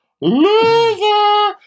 Loser